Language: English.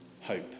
hope